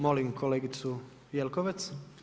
Molim kolegicu Jelkovac.